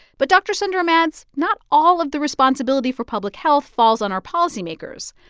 but dr. sundaram adds, not all of the responsibility for public health falls on our policymakers.